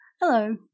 Hello